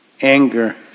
Anger